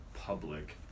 public